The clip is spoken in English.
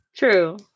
True